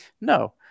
No